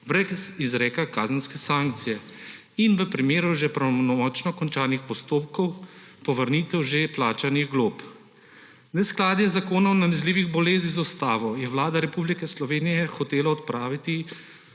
brez izreka kazenske sankcije in v primeru že pravnomočno končanih postopkov povrnitev že plačanih glob. Neskladje Zakona o nalezljivih boleznih z Ustavo je Vlada Republike Slovenije hotela odpraviti